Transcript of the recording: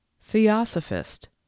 Theosophist